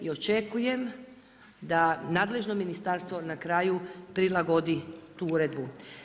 I očekujem da nadležno ministarstvo na kraju prilagodi tu uredbu.